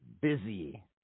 busy